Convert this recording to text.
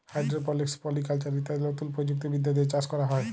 hydroponics, polyculture ইত্যাদি লতুন প্রযুক্তি বিদ্যা দিয়ে চাষ ক্যরা হ্যয়